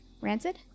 rancid